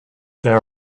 there